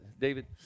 David